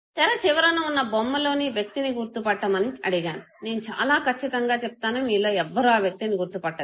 తెర చివరన ఉన్న బొమ్మ లోని వ్యక్తిని గుర్తుపట్టమని అడిగాను నేను చాలా ఖచ్చితంగా చెప్తాను మీలో ఎవ్వరు ఆ వ్యక్తిని గుర్తు పట్టలేరు